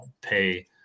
Pay